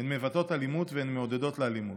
הן מבטאות אלימות ומעודדות אלימות.